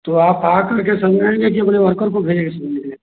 तो आप आ करके समझाएँगे कि अपने वर्कर को भेजेंगे समझने के लिए